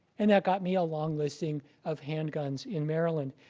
and that got me a long listing of handguns in maryland.